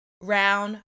round